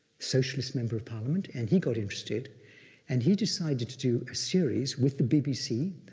socialist member of parliament. and he got interested and he decided to do a series with the bbc,